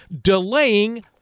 Delaying